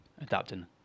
adapting